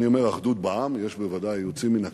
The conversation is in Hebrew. אני אומר "אחדות בעם" יש בוודאי יוצאים מן הכלל,